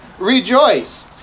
Rejoice